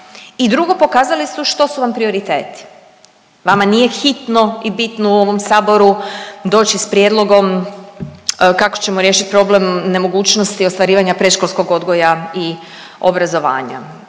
i drugo, pokazali su što su vam prioriteti. Vama nije hitno i bitno u ovom saboru doći s prijedlogom kako ćemo riješit problem nemogućnosti ostvarivanja predškolskog odgoja i obrazovanja,